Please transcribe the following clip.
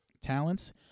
talents